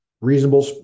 reasonable